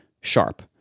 sharp